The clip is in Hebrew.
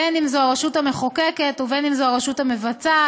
בין שזו הרשות המחוקקת ובין שזו הרשות המבצעת,